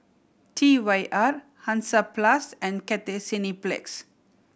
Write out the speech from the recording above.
T Y R Hansaplast and Cathay Cineplex